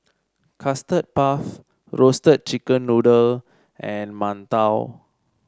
Custard Puff Roasted Chicken Noodle and mantou